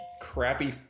crappy